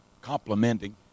complimenting